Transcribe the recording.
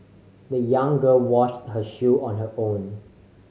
the young girl washed her shoe on her own